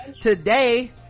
today